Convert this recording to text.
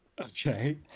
okay